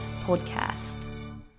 podcast